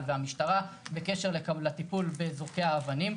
והמשטרה בקשר לטיפול בזורקי האבנים.